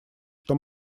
что